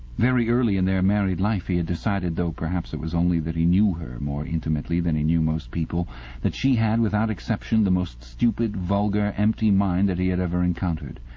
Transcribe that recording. very early in her married life he had decided though perhaps it was only that he knew her more intimately than he knew most people that she had without exception the most stupid, vulgar, empty mind that he had ever encountered.